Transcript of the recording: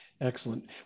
Excellent